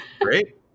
Great